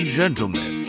gentlemen